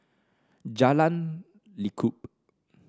Jalan Lekub